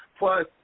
Plus